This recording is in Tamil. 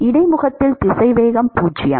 இடைமுகத்தில் திசைவேகம் 0